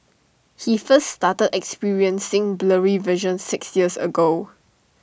he first started experiencing blurry vision six years ago